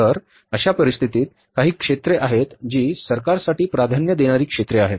तर अशा परिस्थितीत अशी काही क्षेत्रे आहेत जी सरकारसाठी प्राधान्य देणारी क्षेत्रे आहेत